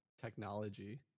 technology